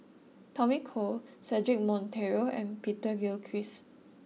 Tommy Koh Cedric Monteiro and Peter Gilchrist